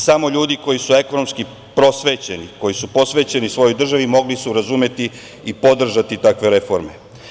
Samo ljudi koji su ekonomski prosvećeni, koji su posvećeni svojoj državi mogli su razumeti i podržati takve reforme.